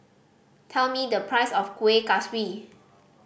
tell me the price of Kueh Kaswi